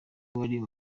wari